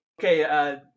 Okay